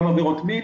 גם עבירות מין,